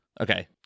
Okay